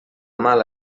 mala